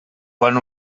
quan